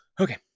Okay